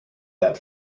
that